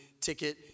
ticket